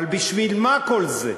אבל בשביל מה כל זה?